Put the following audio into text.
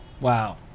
wow